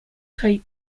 type